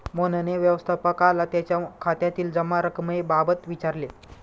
मोहनने व्यवस्थापकाला त्याच्या खात्यातील जमा रक्कमेबाबत विचारले